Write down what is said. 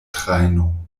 trajno